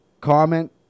comment